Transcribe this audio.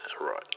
right